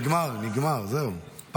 היה, זהו, נגמר, פג.